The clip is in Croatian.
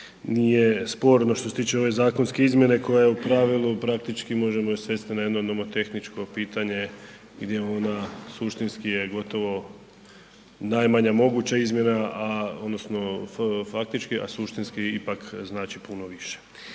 nije sporno što se tiče ove zakonske izmjene koja je u pravilu, praktički možemo je svesti na jedno nomotehničko pitanje gdje ona suštinski je gotovo najmanja moguća izmjena, a odnosno faktički, a suštinski ipak znači puno više.